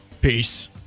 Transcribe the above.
Peace